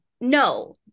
no